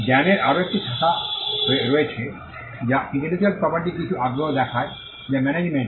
জ্ঞানের আরও একটি শাখা রয়েছে যা ইন্টেলেকচুয়াল প্রপার্টিকিছু আগ্রহ দেখায় যা ম্যানেজমেন্ট